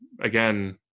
again